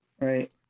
Right